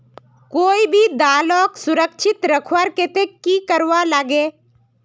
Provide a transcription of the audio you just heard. कोई भी दालोक सुरक्षित रखवार केते की करवार लगे?